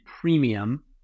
premium